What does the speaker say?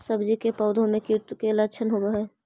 सब्जी के पौधो मे कीट के लच्छन होबहय?